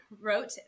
wrote